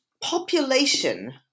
population